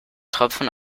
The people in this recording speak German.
tropfen